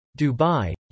Dubai